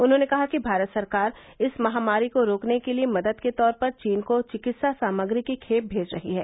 उन्होंने कहा कि भारत सरकार इस महामारी को रोकने के लिए मदद के तौर पर चीन को चिकित्सा सामग्री की खेप भेज रही है